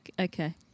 okay